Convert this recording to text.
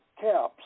caps